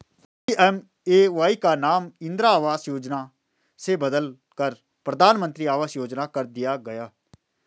PMAY का नाम इंदिरा आवास योजना से बदलकर प्रधानमंत्री आवास योजना कर दिया गया